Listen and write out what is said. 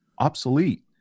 obsolete